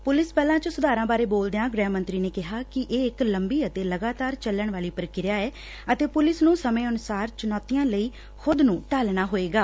police ਬਲਾਂ ਚ ਸੁਧਾਰਾ ਬਾਰੇ ਬੋਲਦਿਆਂ ਗ੍ਹਿ ਮੰਤਰੀ ਨੇ ਕਿਹੈ ਕਿ ਇਹ ਇਕ ਲੰਬੀ ਅਤੇ ਲਗਾਤਾਰ ਚਲਣ ਵਾਲੀ ਪ੍ਰਕਿਰਿਆ ਐ ਅਤੇ ਪੁਲਿਸ ਨੂੰ ਸਮੇਂ ਅਨੁਸਾਰ ਚੁਣੌਤੀਆਂ ਲਈ ਖੁਦ ਨੂੰ ਢਾਲਣਾ ਹੋਏਗਾ